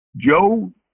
Joe